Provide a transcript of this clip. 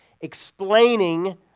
explaining